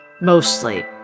mostly